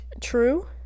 True